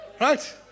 Right